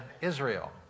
Israel